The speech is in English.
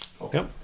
okay